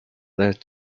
led